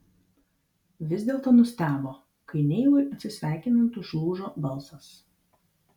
vis dėlto nustebo kai neilui atsisveikinant užlūžo balsas